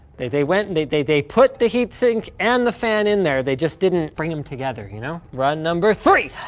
they they went and they they put the heatsink and the fan in there, they just didn't bring them together, you know. run number three,